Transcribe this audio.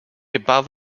above